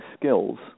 skills